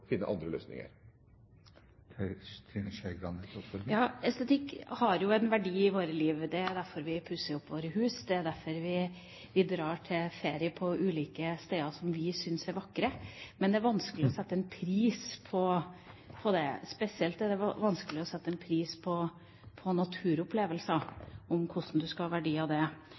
finne andre løsninger. Estetikk har jo en verdi i våre liv. Det er derfor vi pusser opp våre hus, og det er derfor vi drar på ferie til ulike steder som vi syns er vakre. Men det er vanskelig å sette en pris på det. Spesielt er det vanskelig å sette en pris på naturopplevelser, hvordan man skal ha verdi av det.